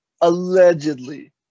allegedly